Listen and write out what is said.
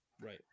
Right